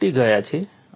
તે તૂટી ગયા છે